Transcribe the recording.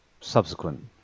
subsequent